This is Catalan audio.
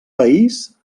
país